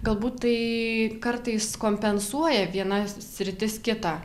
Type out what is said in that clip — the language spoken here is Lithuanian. galbūt tai kartais kompensuoja viena sritis kitą